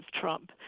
Trump